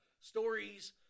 stories